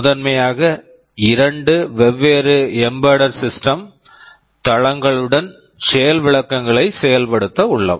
முதன்மையாக இரண்டு வெவ்வேறு எம்பெடெட் சிஸ்டம்ஸ் EmbeddedSystem தளங்களுடன் செயல் விளக்கங்களை செயல்படுத்த உள்ளோம்